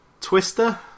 twister